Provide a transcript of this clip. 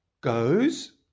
goes